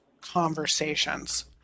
conversations